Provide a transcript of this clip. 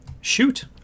Shoot